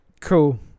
Cool